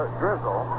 drizzle